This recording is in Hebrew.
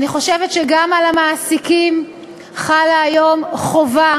אני חושבת שגם על המעסיקים חלה היום חובה